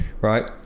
right